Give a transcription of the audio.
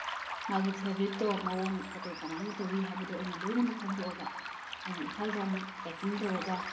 ꯃꯥꯒꯤ ꯐꯦꯕ꯭ꯔꯤꯛꯇꯣ ꯃꯑꯣꯡ ꯃꯇꯧ ꯀꯃꯥꯏꯅ ꯇꯧꯏ ꯍꯥꯏꯕꯗꯣ ꯑꯩꯅ ꯂꯣꯏꯅꯃꯛ ꯈꯪꯇꯣꯛ ꯑꯒ ꯑꯩꯅ ꯏꯝꯐꯥꯜꯗ ꯑꯃꯨꯛ ꯄꯦꯛꯀꯤꯡ ꯇꯧꯔꯒ